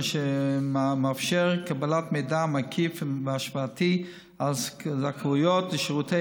אשר מאפשר קבלת מידע מקיף והשוואתי על זכאויות לשירותי